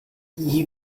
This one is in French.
n’y